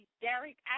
Derek